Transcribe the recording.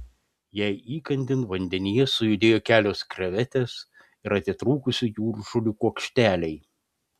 jai įkandin vandenyje sujudėjo kelios krevetės ir atitrūkusių jūržolių kuokšteliai